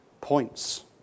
points